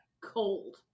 cold